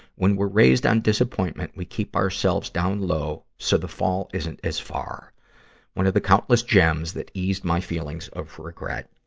when we're raised on disappointment, we keep ourselves down low so the fall isn't as far one of the countless gems that eased my feelings of regret.